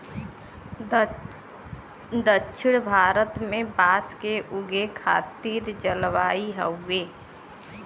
दक्षिण भारत में भी बांस के उगे खातिर जलवायु हउवे